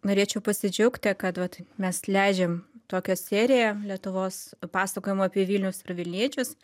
norėčiau pasidžiaugti kad vat mes leidžiam tokią seriją lietuvos pasakojimų apie vilnius ir vilniečius